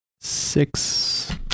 Six